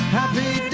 happy